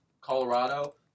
Colorado